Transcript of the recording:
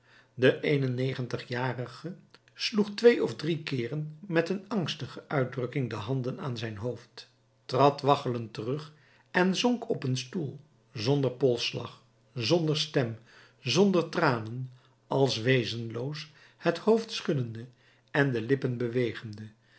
de een en negentigjarige sloeg twee of drie keeren met een angstige uitdrukking de handen aan zijn hoofd trad waggelend terug en zonk op een stoel zonder polsslag zonder stem zonder tranen als wezenloos het hoofd schuddende en de lippen bewegende